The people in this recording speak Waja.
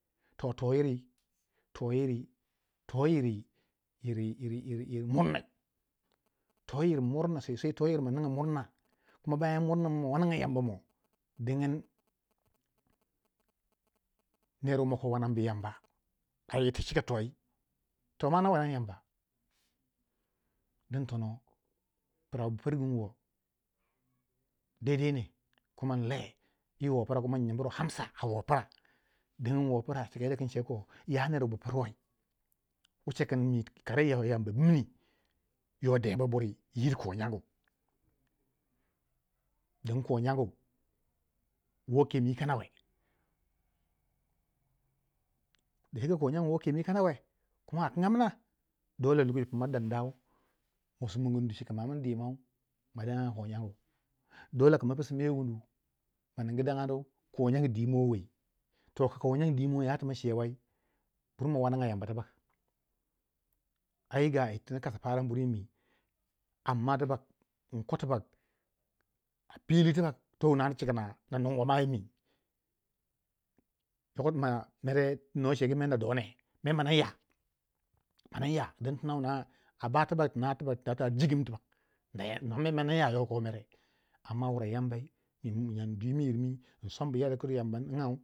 To toyiri toyiri toyiri yiri yiri to ryir muran sosai toyir muran kuma bayan wannan ma wananga Yamba mo dingin ner wu mako wannanbu Yamba a yirti cika toh ma na wanna Yamba to din tono, pra wubu pir gum wo daidaine kuma inle yi wo pra kuma inyimro ansa a wo pra dingin wo pra yadda kin cegu ko ya ner wu bu proui wu cekin kare Yamba bimni yo debu buri yir yi yir ko nyangu to yiri din ko nyangu ko kem yi kanawe a gwala dacike ko nyangu ko kem yi kanawe ko akingamna dole a lokoci wuna dandai masumongo nuni cika ma amni dandau ma dangaga ko nyangu, dole kama psu me wundu ma ningu dabganiu ko nyangu dimo wei toh ka ko nyangu dimo yatu ma cewei se dai ma wananga Yamba tibak ai ga yirti kasgu parangu buru yimi amma tibak inko tibak a pili tibak to wuna cika na ninwa ma yimi, yoko pma na tu no cegu mer do ne mana ya mana ya, di. tina wuna ba ba jigumu tibak mai mana ya yoko mere tiina ningu yambai mi yirmi insobu kadda ku Yamba ningau